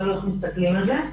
תלוי איך מסתכלים על זה.